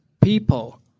people